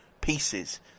pieces